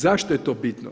Zašto je to bitno?